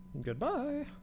Goodbye